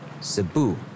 Cebu